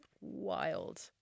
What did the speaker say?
wild